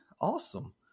Awesome